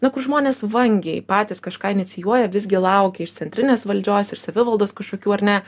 na kur žmonės vangiai patys kažką inicijuoja visgi laukia iš centrinės valdžios iš savivaldos kažkokių ar ne